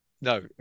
no